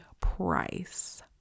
price